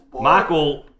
Michael